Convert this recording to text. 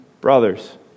brothers